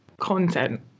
content